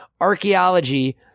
Archaeology